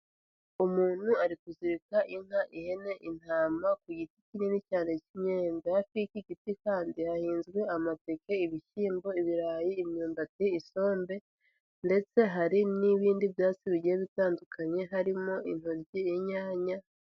Umuntu ari kuzirika inka, ihene, intama ku giti kinini cyane k'imyembe, hafi y'iki igiti kandi hahinzwe amateke, ibishyimbo, ibirayi, imyumbati, isombe ndetse hari n'ibindi byatsi bigiye bitandukanye harimo intoryi, inyanya.